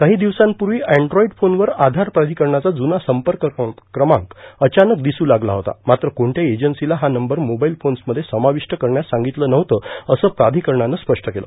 काही दिवसांपूर्वी अँन्ड्रॉईड फोनवर आवार प्राषिकरणाचा जुना संपर्क क्रमांक अचानक दिसू लागला होता मात्र क्रोणत्याही एजन्सीला हा नंबर मोबाईल फोन्स मध्ये समाविष्ट करण्यास सांगितलं नव्हतं असं प्राधिकरणानं स्पष्ट केलं